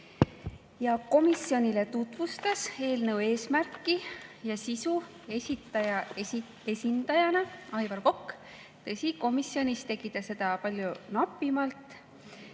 Komisjonile tutvustas eelnõu eesmärki ja sisu esitaja esindajana Aivar Kokk. Tõsi, komisjonis tegi ta seda palju napimalt,